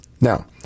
Now